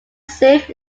singh